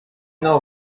know